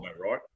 right